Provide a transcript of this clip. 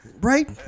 Right